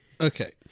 Okay